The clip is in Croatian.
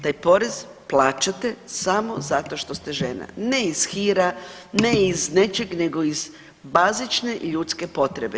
Taj porez plaćate samo zato što ste žena, ne iz hira, ne iz nečeg nego iz bazične ljudske potrebe.